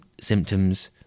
symptoms